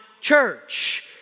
church